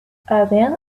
then